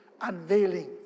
unveiling